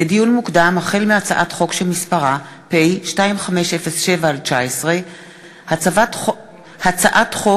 לדיון מוקדם: החל בהצעת חוק שמספרה פ/2507/19 וכלה בהצעת חוק